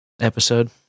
episode